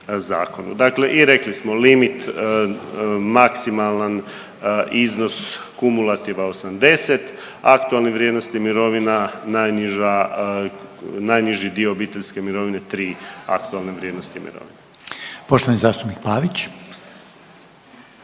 Dakle i rekli smo limit maksimalan iznos kumulativa 80, aktualne vrijednosti mirovina najniži dio obiteljske mirovine tri AVM-a. **Reiner, Željko (HDZ)** Poštovani zastupnik Pavić.